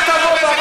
אתם לא מעבירים.